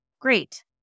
Great